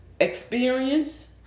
experience